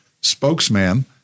spokesman